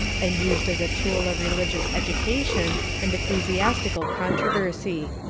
and used as a tool of religious education and ecclesiastical controversy.